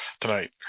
tonight